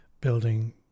building